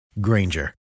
Granger